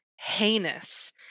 heinous